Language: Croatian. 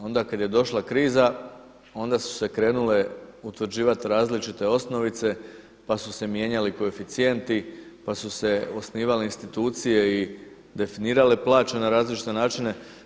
Onda kada je došla kriza onda su se krenule utvrđivati različite osnovice, pa su se mijenjali koeficijenti, pa su se osnivale institucije i definirale plaće na različite načine.